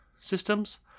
systems